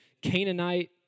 Canaanite